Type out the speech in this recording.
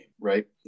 right